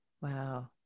Wow